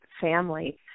family